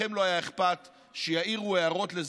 לכם לא היה אכפת שיעירו הערות על זה,